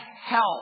help